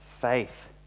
faith